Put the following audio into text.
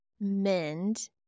mend